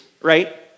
right